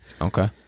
Okay